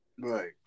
Right